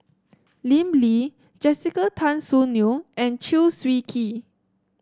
Lim Lee Jessica Tan Soon Neo and Chew Swee Kee